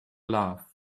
laugh